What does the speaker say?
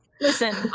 listen